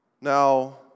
Now